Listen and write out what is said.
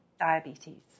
diabetes